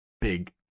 big